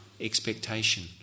expectation